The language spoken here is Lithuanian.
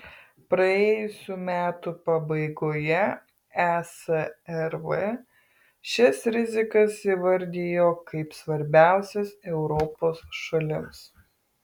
praėjusių metų pabaigoje esrv šias rizikas įvardijo kaip svarbiausias europos šalims